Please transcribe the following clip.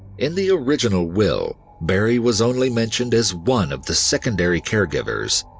in the original will, barrie was only mentioned as one of the secondary caregivers,